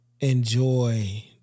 enjoy